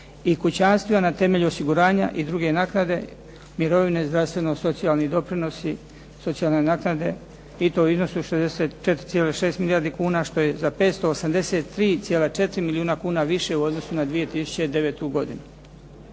i kućanstvima na temelju osiguranja i druge naknade, mirovine, zdravstveno-socijalni doprinosi, socijalne naknade i to u iznosu od 64,6 milijardi kuna što je za 583,4 milijuna kuna više u odnosu na 2009. godinu.